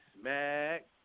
Smack